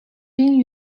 bin